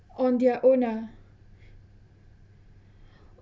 on their own ah